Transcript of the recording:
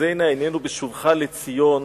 "ותחזינה עינינו בשובך לציון",